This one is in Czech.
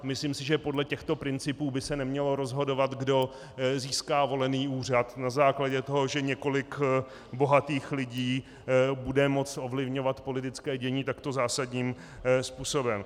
Myslím si, že podle těchto principů by se nemělo rozhodovat, kdo získá volený úřad na základě toho, že několik bohatých lidí bude moci ovlivňovat politické dění takto zásadním způsobem.